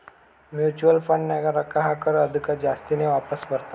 mutual ಫಂಡ್ನಾಗ್ ರೊಕ್ಕಾ ಹಾಕುರ್ ಅದ್ದುಕ ಜಾಸ್ತಿನೇ ವಾಪಾಸ್ ಬರ್ತಾವ್